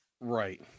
Right